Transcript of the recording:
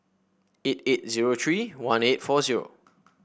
eight eight zero three one eight four zero